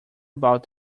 about